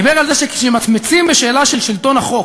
דיבר על שכשממצמצים בשאלה של שלטון החוק,